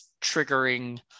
triggering